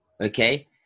okay